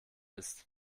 ist